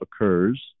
occurs